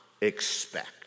expect